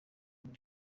muri